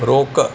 रोक